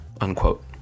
unquote